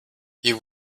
you